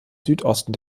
südosten